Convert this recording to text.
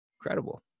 incredible